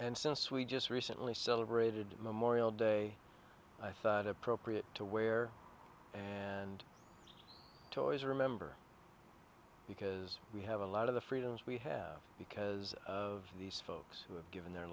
and since we just recently celebrated memorial day i thought appropriate to wear and toys remember because we have a lot of the freedoms we have because of these folks who have given their